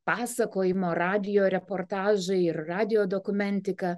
pasakojimo radijo reportažai ir radijo dokumentika